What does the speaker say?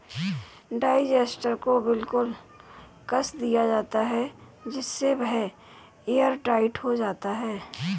digester को बिल्कुल कस दिया जाता है जिससे वह एयरटाइट हो जाता है